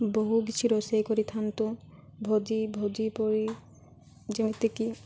ବହୁ କିଛି ରୋଷେଇ କରିଥାନ୍ତୁ ଭୋଜି ଭୋଜି ପରି ଯେମିତିକି